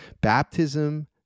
Baptism